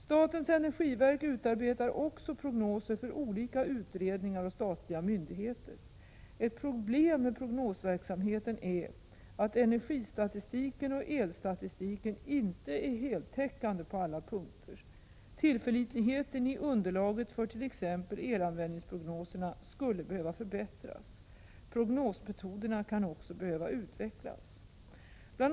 Statens energiverk utarbetar också prognoser för olika utredningar och statliga myndigheter. Ett problem med prognosverksamheten är att energistatistiken och elstatistiken inte är heltäckande på alla punkter. Tillförlitligheten i underlaget för t.ex. elanvändningsprognoserna skulle behöva förbättras. Prognosmetoderna kan också behöva utvecklas. Bl.